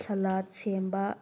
ꯁꯂꯥꯠ ꯁꯦꯝꯕ